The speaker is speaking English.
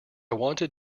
wanted